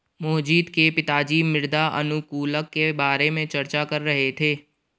मोहजीत के पिताजी मृदा अनुकूलक के बारे में चर्चा कर रहे थे